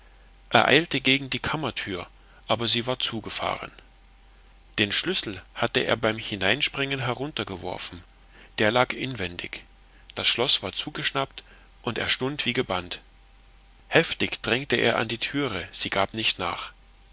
er eilte gegen die kammertür aber sie war zugefahren den schlüssel hatte er beim hineinspringen heruntergeworfen der lag inwendig das schloß war zugeschnappt und er stund gebannt heftig drängte er an der türe sie gab nicht nach